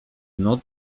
mną